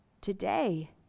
today